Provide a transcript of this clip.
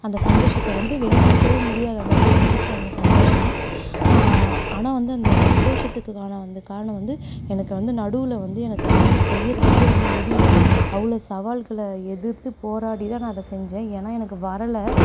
அந்த சந்தோஷத்தை வந்து வெளிப்படுத்தவே முடியாது அந்தளவுக்கு இருக்கும் அந்த சந்தோஷம் ஆனால் வந்து அந்த சந்தோஷத்துக்கான அந்த காரணம் வந்து எனக்கு வந்து நடுவில் வந்து எனக்கு வந்து செய்கிறதுக்கே வந்து முடியல அவ்வளோ சவால்களை எதிர்த்து போராடிதான் நான் அதை செஞ்சேன் ஏன்னா எனக்கு வரலை